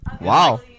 wow